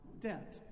debt